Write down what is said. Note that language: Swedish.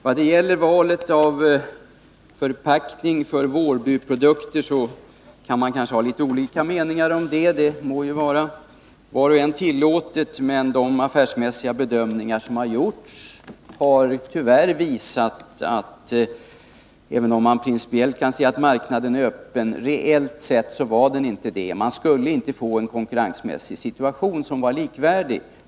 Man kan kanske ha litet olika meningar om valet av förpackning för Wårby Produkter. Det må vara var och en tillåtet. Men de affärsmässiga bedömningar som har gjorts visar tyvärr att marknaden reellt sett inte var öppen, även om man principiellt kan säga att den är det. Företaget skulle inte få en konkurrensmässig situation som var likvärdig.